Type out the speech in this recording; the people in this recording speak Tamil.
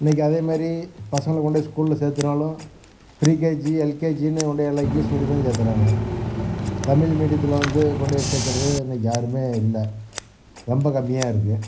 இன்னைக்கு அதேமாதிரி பசங்களை கொண்டே ஸ்கூல்ல சேர்த்துனாலும் ப்ரீகேஜி எல்கேஜினு கொண்டு போய் எல்லாம் இங்கிலிஷ் மீடியத்தில் தான் சேர்த்துறாங்க தமிழ் மீடியத்தில் வந்து கொண்டு போய் சேர்த்துறது இன்னைக்கு யாருமே இல்லை ரொம்ப கம்மியாக இருக்குது